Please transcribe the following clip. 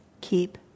keep